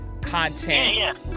content